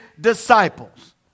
disciples